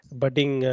budding